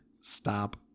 stop